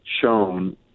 shown